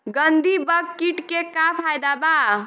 गंधी बग कीट के का फायदा बा?